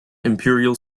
imperial